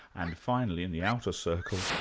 and finally in the outer circle,